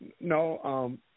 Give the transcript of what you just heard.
No